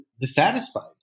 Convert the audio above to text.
dissatisfied